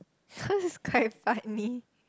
cause it's quite funny